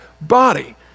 body